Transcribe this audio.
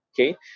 Okay